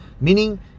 Meaning